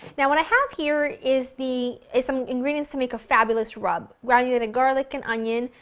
now what i have here is the is some ingredients to make a fabulous rub granulated garlic and onion,